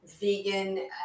vegan